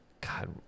God